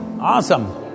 Awesome